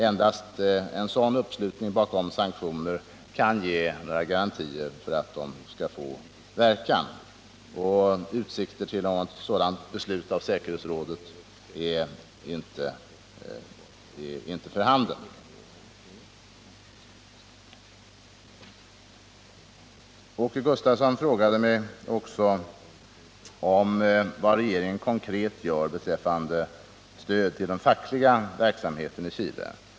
Endast en sådan uppslutning bakom sanktioner kan ge garantier för att de skall få verkan. Utsikter till något sådant beslut av säkerhetsrådet är inte för handen. Åke Gustavsson frågade mig också vad regeringen konkret gör beträffande stöd till den fackliga verksamheten i Chile.